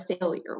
failure